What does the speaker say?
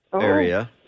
area